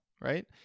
right